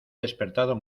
despertado